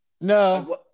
No